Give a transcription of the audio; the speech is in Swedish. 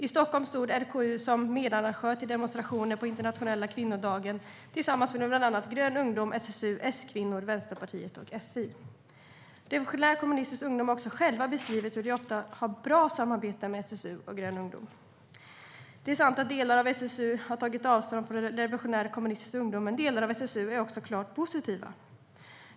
I Stockholm stod RKU som medarrangör till demonstrationer på internationella kvinnodagen tillsammans med bland annat Grön ungdom, SSU, S-kvinnor, Vänsterpartiet och FI. Revolutionär kommunistisk ungdom har också själva beskrivit hur de ofta har ett bra samarbete med SSU och Grön ungdom. Det är sant att delar av SSU har tagit avstånd från Revolutionär kommunistisk ungdom, men delar av SSU är också klart positiva.